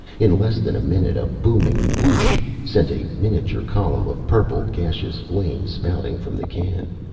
in less than a minute a booming whoosh sent a miniature column of purple, gaseous flame spouting from the can.